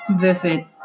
Visit